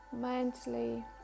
mentally